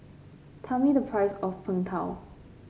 tell me the price of Png Tao